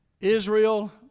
Israel